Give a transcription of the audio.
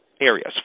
areas